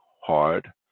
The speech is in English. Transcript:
hard